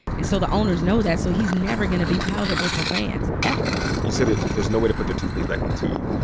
and so the owners know that, so he's never going to be palatable for fans ever you said that there's no way to put the toothpaste back in the tube.